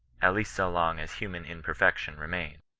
at least so long as human imperfection remains.